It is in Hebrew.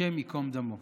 השם ייקום דמו.